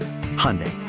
Hyundai